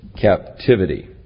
captivity